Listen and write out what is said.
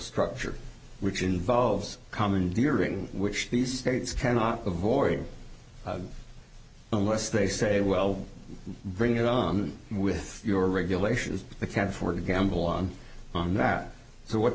structure which involves common during which the states cannot avoid unless they say well bring it on with your regulations the can't afford to gamble on on that so what's